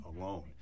alone